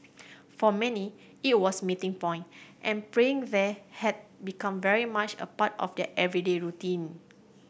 for many it was a meeting point and praying there had become very much a part of their everyday routine